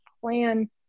plan